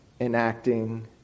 enacting